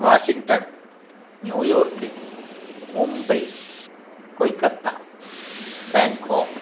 Washington New York Mumbai Kolkata Bangkok